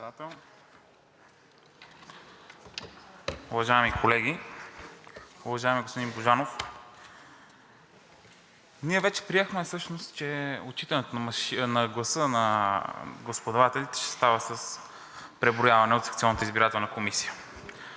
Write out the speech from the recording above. Председател. Уважаеми колеги, уважаеми господин Божанов! Ние вече приехме, че отчитането гласа на гласоподавателите ще става с преброяване от секционната избирателна комисия.